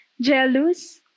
jealous